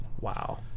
Wow